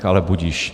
Ale budiž.